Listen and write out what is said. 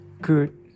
good